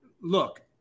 look